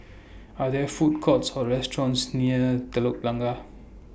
Are There Food Courts Or restaurants near Telok Blangah